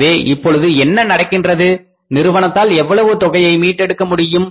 எனவே இப்பொழுது என்ன நடக்கின்றது நிறுவனத்தால் எவ்வளவு தொகையை மீட்டெடுக்க முடியும்